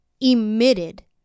emitted